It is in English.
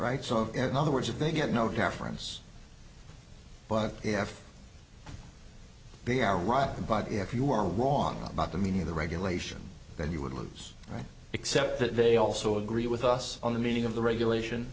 right so in other words if they get no deference but if they are right in but if you are wrong about the meaning of the regulation then you would lose right except that they also agree with us on the meaning of the regulation